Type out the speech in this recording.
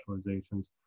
specializations